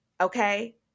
okay